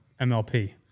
MLP